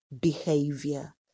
behavior